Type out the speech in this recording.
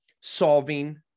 solving